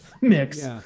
mix